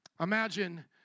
Imagine